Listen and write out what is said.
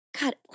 God